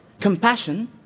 compassion